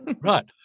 Right